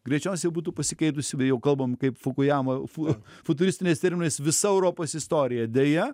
greičiausiai būtų pasikeitusi va jau kalbam kaip fukujama fu futuristiniais terminais visa europos istorija deja